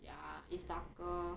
ya it's darker